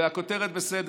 והכותרת בסדר.